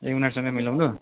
ए उनीरूसँग मिलाउनु